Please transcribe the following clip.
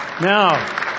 Now